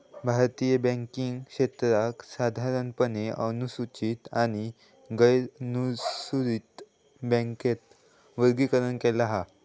भारतीय बॅन्किंग क्षेत्राक साधारणपणे अनुसूचित आणि गैरनुसूचित बॅन्कात वर्गीकरण केला हा